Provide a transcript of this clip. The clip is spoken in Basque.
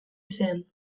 zen